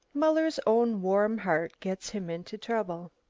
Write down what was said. muller's own warm heart gets him into trouble.